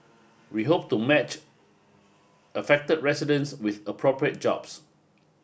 we hope to match affected residents with appropriate jobs